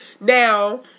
Now